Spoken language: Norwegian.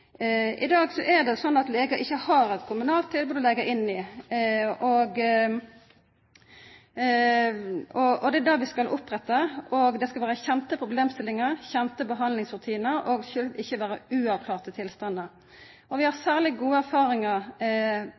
I dag er det sånn at legar ikkje har eit kommunalt tilbod å leggja inn i. Det er det vi skal oppretta, og det skal vera kjende problemstillingar, kjende behandlingsrutinar og ikkje berre uerfarte tilstandar. Vi har særleg gode erfaringar